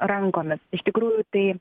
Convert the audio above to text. rankomis iš tikrųjų tai